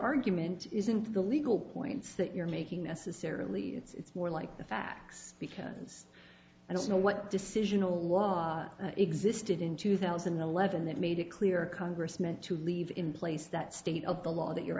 argument isn't the legal points that you're making necessarily it's more like the facts because i don't know what decision a law existed in two thousand and eleven that made it clear congress meant to leave in place that state of the law that you're